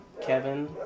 kevin